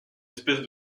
espèce